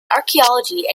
archaeology